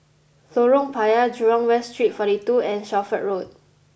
Lorong Payah Jurong West Street forty two and Shelford Road